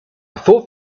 thought